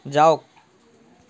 যাওক